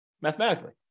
mathematically